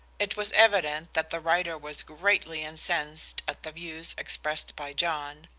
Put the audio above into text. it was evident that the writer was greatly incensed at the views expressed by john,